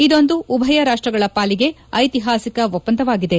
ಇದೊಂದು ಉಭಯ ರಾಷ್ಟಗಳ ಪಾಲಿಗೆ ಐತಿಪಾಸಿಕ ಒಪ್ಪಂದವಾಗಿದೆ